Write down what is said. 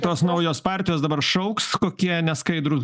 tos naujos partijos dabar šauks kokie neskaidrūs